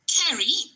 carry